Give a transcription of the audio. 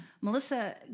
Melissa